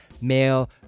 male